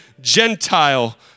Gentile